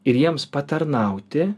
ir jiems patarnauti